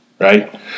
Right